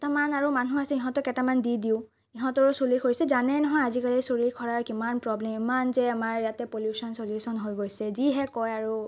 কেইটামান আৰু মানুহ আছে ইহঁতক এটামান দি দিওঁ ইহঁতৰো চুলি সৰিছে জানেই নহয় আজিকালি চুলি সৰাৰ কিমান প্ৰব্লেম ইমান যে আমাৰ ইয়াতে পলিউচন চলিউচন হৈ গৈছে যিহে কয় আৰু